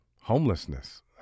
homelessness